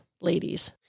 ladies